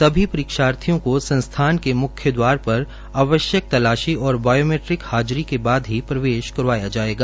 सभी परीक्षार्थियों को संस्थान के मुख्य दवार पर आवश्यक तलाशी और बायोमैट्रिक हाजिरी के बाद ही प्रवेश करवाया जायेगा